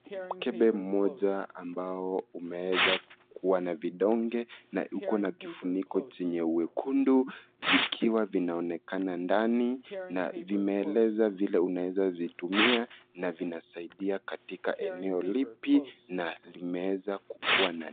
Mkebe moja ambao umeweza kuwa na vidonge na uko na kifuniko chenye mwekundu vikiwa vinaonekana ndani na vimeeleza vile unaweza zitumia na vinasaidia katika eneo lipi na limeweza kukuwa na...